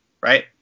right